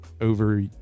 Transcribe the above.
over